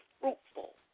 fruitful